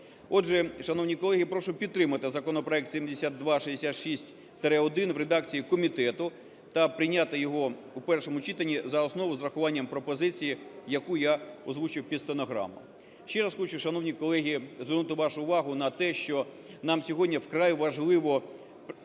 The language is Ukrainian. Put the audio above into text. Отже, шановні колеги, прошу підтримати законопроект 7266-1 в редакції комітету та прийняти його у першому читанні за основу з урахуванням пропозиції, яку я озвучив під стенограму. Ще раз хочу, шановні колеги, звернути вашу увагу на те, що нам сьогодні вкрай важливо